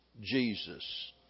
Jesus